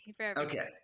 Okay